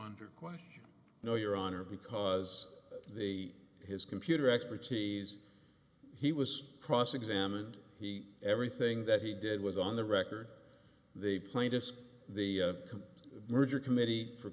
under question no your honor because they his computer expertise he was cross examined he everything that he did was on the record the plaintiffs the complete merger committee for